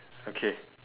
okay